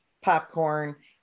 popcorn